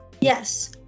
Yes